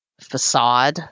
facade